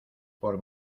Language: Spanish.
por